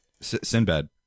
Sinbad